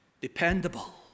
dependable